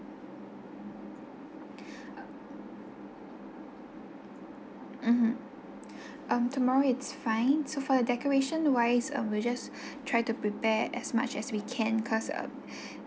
mmhmm um tomorrow it's fine so for the decoration wise uh we'll just try to prepare as much as we can cause um